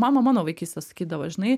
man mama nuo vaikystės sakydavo žinai